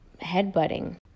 headbutting